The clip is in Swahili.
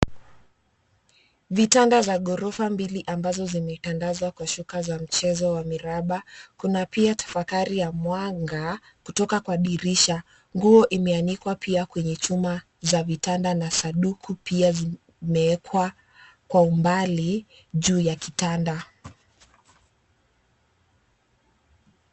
Vitanda za gorofa mbili ambazo zimetandazwa kwa shuka za mchezo wa miraba. Kuna pia tafakari ya mwanga kutoka kwa dirisha. Nguo imeanikwa pia kwenye chuma za vitanda na sanduku pia zimewekwa kwa umbali juu ya kitanda.